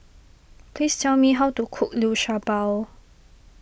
please tell me how to cook Liu Sha Bao